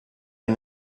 and